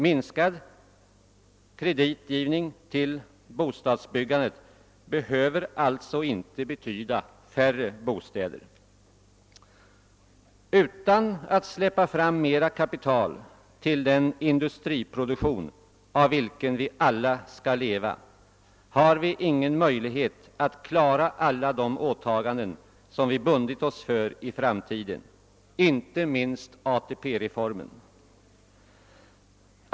Minskad kreditgivning till bostadsbyggande behöver alltså inte betyda färre bostäder. Utan att släppa fram mer kapital till den industriproduktion, av vilken vi alla skall leva, finns det ingen möjlighet att klara alla de åtaganden som vi bundit oss för i framtiden, inte minst ATP-reformen.